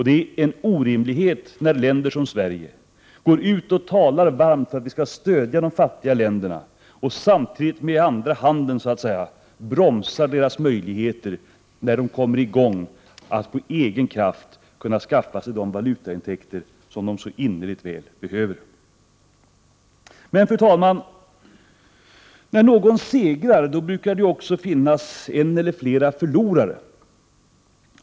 Det är en orimlighet att länder som Sverige talar varmt om att man skall stödja de fattiga länderna när man samtidigt med andra handen bromsar deras möjligheter att med egen kraft skaffa sig de valutaintäkter de så innerligt väl behöver när de kommer i gång med sin produktion. Fru talman! När någon segrar brukar det finnas en eller flera förlorare.